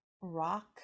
rock